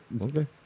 Okay